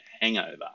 hangover